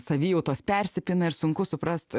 savijautos persipina ir sunku suprast